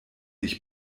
ich